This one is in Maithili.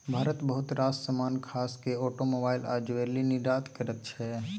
भारत बहुत रास समान खास केँ आटोमोबाइल आ ज्वैलरी निर्यात करय छै